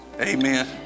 Amen